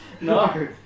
no